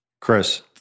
Chris